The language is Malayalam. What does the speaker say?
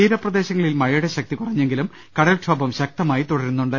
തീരപ്രദേശങ്ങളിൽ മഴയുടെ ശക്തി കുറ ഞ്ഞെങ്കിലും കടൽക്ഷോഭം ശക്തമായി തുടരുന്നുണ്ട്